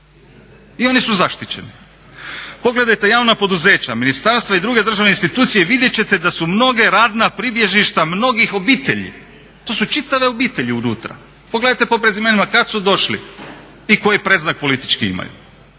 i oni su zaštićeni. Pogledajte javna poduzeća, ministarstva i druge državne institucije, vidjet ćete da su mnoge radna pribježišta mnogih obitelji, to su čitave obitelji unutra. Pogledajte po prezimenima kad su došli i koji predznak politički imaju.